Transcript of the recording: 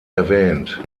erwähnt